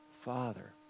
Father